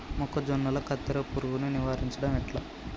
మొక్కజొన్నల కత్తెర పురుగుని నివారించడం ఎట్లా?